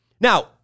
Now